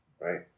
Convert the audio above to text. Right